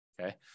Okay